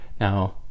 Now